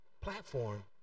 platform